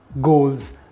goals